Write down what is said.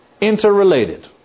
interrelated